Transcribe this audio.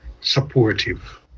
supportive